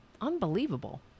unbelievable